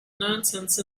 nonsense